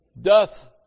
Doth